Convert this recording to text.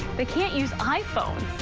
they can't use iphones.